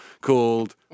called